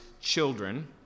children